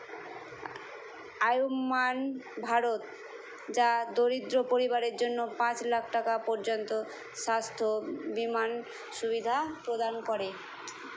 আয়ুষ্মান ভারত যা দরিদ্র পরিবারের জন্য পাঁচ লাখ টাকা পর্যন্ত স্বাস্থ্য বিমা সুবিধা প্রদান করে